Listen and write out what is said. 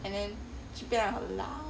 and then 就变很辣